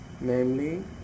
namely